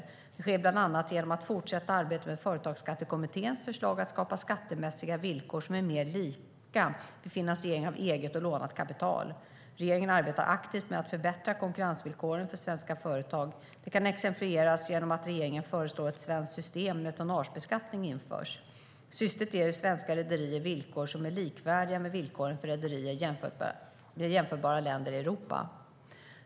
Detta sker bland annat genom att fortsätta arbetet med Företagsskattekommitténs förslag att skapa skattemässiga villkor som är mer lika vid finansiering av eget och lånat kapital. Regeringen arbetar aktivt med att förbättra konkurrensvillkoren för svenska företag. Detta kan exemplifieras genom att regeringen föreslår att ett svenskt system med tonnagebeskattning införs. Syftet är att ge svenska rederier villkor som är likvärdiga med villkoren för rederier i jämförbara länder i Europa.